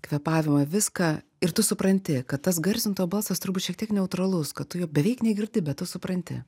kvėpavimą viską ir tu supranti kad tas garsintojo balsas turbūt šiek tiek neutralus kad tu jo beveik negirdi bet tu supranti